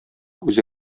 үзе